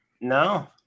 No